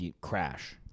Crash